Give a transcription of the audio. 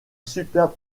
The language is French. superbe